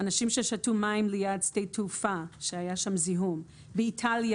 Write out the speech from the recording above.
אנשים ששתו מים ליד שדה תעופה שהיה בו זיהום; באיטליה